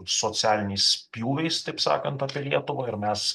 socialiniais pjūviais taip sakant apie lietuvą ir mes